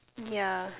yeah